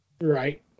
Right